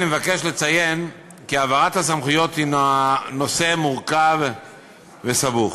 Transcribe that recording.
אני מבקש לציין כי העברת הסמכויות היא נושא מורכב וסבוך.